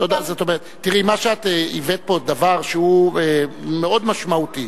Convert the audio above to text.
תראי, מה שהבאת פה זה דבר שהוא מאוד משמעותי,